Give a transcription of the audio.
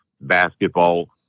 basketball